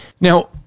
now